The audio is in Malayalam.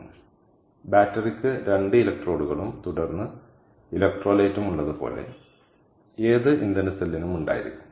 അതിനാൽ ബാറ്ററിക്ക് രണ്ട് ഇലക്ട്രോഡുകളും തുടർന്ന് ഇലക്ട്രോലൈറ്റും ഉള്ളതുപോലെ ഏത് ഇന്ധന സെല്ലിനും ഉണ്ടായിരിക്കും